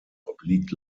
obliegt